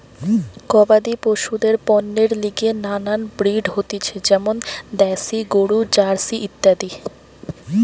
গবাদি পশুদের পণ্যের লিগে নানান ব্রিড হতিছে যেমন দ্যাশি গরু, জার্সি ইত্যাদি